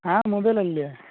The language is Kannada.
ಹಾಂ ಮೊಬೈಲಲ್ಲಿ